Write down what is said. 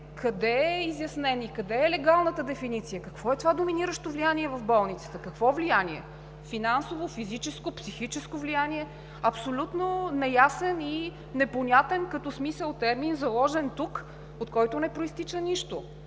къде е изяснен и къде е легалната дефиниция? Какво е това доминиращо влияние в болниците? Какво влияние – финансово, физическо, психическо? Абсолютно неясен и непонятен като смисъл термин, заложен тук, от който не произтича нищо.